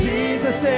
Jesus